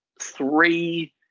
three